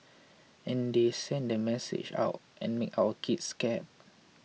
and they send the message out and make our kids scared